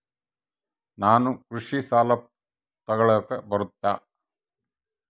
ನಾನು ಕೃಷಿ ಸಾಲ ತಗಳಕ ಬರುತ್ತಾ?